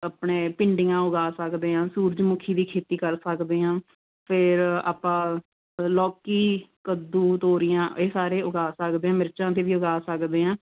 ਆਪਣੇ ਭਿੰਡੀਆਂ ਉਗਾ ਸਕਦੇ ਹਾਂ ਸੂਰਜਮੁਖੀ ਦੀ ਖੇਤੀ ਕਰ ਸਕਦੇ ਹਾਂ ਫਿਰ ਆਪਾਂ ਲੌਕੀ ਕੱਦੂ ਤੋਰੀਆਂ ਇਹ ਸਾਰੇ ਉਗਾ ਸਕਦੇ ਮਿਰਚਾਂ ਅਤੇ ਵੀ ਉਗਾ ਸਕਦੇ ਹਾਂ